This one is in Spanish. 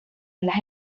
las